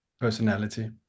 personality